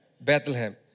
Bethlehem